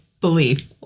believe